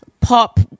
pop